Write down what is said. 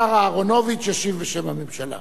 השר אהרונוביץ ישיב בשם הממשלה.